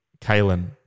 Kalen